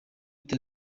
leta